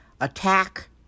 attack